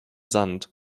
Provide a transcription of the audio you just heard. sand